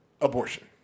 Abortion